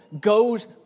goes